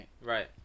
right